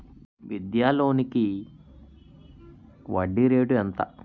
విద్యా లోనికి వడ్డీ రేటు ఎంత?